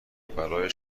برای